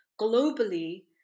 globally